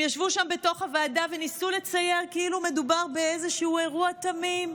הם ישבו שם בתוך הוועדה וניסו לצייר כאילו מדובר באיזשהו אירוע תמים,